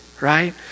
right